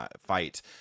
fight